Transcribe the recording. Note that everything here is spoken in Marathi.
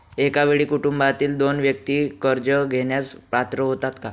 एका वेळी कुटुंबातील दोन व्यक्ती कर्ज घेण्यास पात्र होतात का?